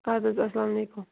اَدٕ حظ اَسلام علیکُم